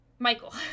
Michael